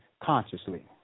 consciously